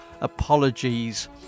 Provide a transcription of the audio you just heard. apologies